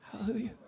Hallelujah